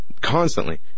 constantly